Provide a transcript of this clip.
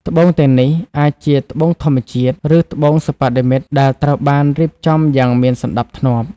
ត្បូងទាំងនេះអាចជាត្បូងធម្មជាតិ ឬត្បូងសិប្បនិម្មិត ដែលត្រូវបានរៀបចំយ៉ាងមានសណ្តាប់ធ្នាប់។